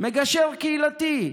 מגשר קהילתי.